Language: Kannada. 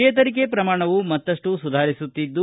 ಚೇತರಿಕೆ ಪ್ರಮಾಣವೂ ಮತ್ತಷ್ಟು ಸುಧಾರಿಸುತ್ತಿದ್ದು